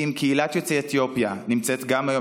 אם קהילת יוצאי אתיופיה נמצאת גם היום,